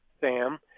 Sam